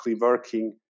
working